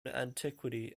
antiquity